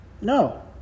No